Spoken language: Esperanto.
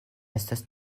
estas